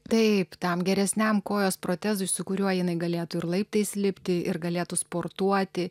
taip tam geresniam kojos protezui su kuriuo jinai galėtų ir laiptais lipti ir galėtų sportuoti